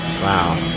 Wow